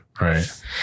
right